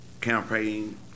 campaign